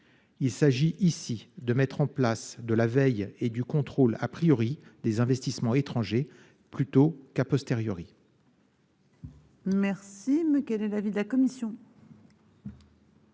Il s'agit ici de mettre en place de la veille et du contrôle a priori des investissements étrangers plutôt qu'à posteriori.